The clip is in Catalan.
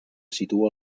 situa